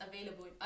available